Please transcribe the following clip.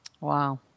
Wow